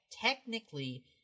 technically